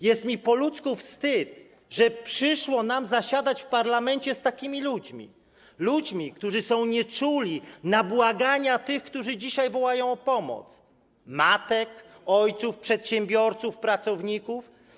Jest mi po ludzku wstyd, że przyszło nam zasiadać w parlamencie z takimi ludźmi, ludźmi, którzy są nieczuli na błagania tych, którzy dzisiaj wołają o pomoc: matek, ojców, przedsiębiorców, pracowników.